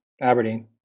Aberdeen